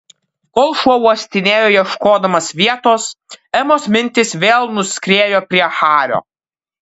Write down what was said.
kol šuo uostinėjo ieškodamas vietos emos mintys vėl nuskriejo prie hario